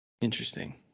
interesting